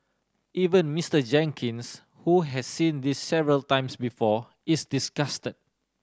even Mister Jenkins who has seen this several times before is disgusted